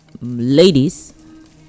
ladies